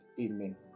amen